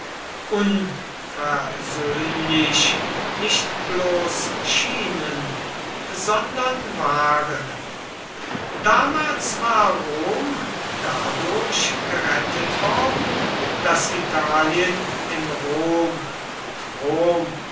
unversöhnlich nicht bloß schienen sondern waren damals war rom dadurch gerettet worden daß italien in rom und rom